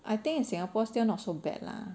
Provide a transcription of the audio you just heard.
I think in singapore still not so bad lah